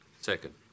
second